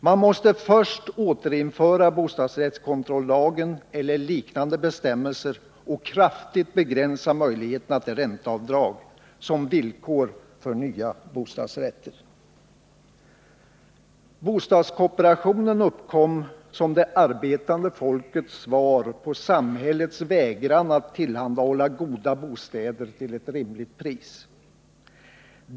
Man måste först återinföra bostadsrättskontrollagen eller liknande bestämmelser och kraftigt begränsa möjligheterna till ränteavdrag. Bostadskooperationen uppkom som det arbetande folkets svar på samhällets vägran att tillhandahålla goda bostäder till ett rimligt pris.